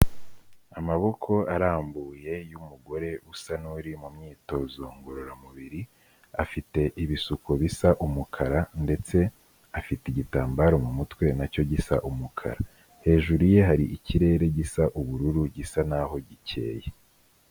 Amaboko arambuye y'umugore usa n'uri mu myitozo ngororamubiri, afite ibisuko bisa umukara ndetse afite igitambaro mu mutwe na cyo gisa umukara. Hejuru ye hari ikirere gisa ubururu, gisa naho gikeye.